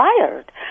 fired